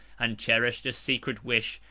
and cherished a secret wish,